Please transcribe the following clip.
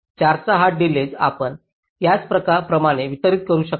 4 चा हा डिलेज आपण त्याच प्रमाणे वितरित करू शकता